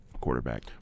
quarterback